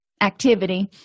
activity